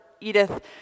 Edith